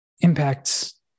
impacts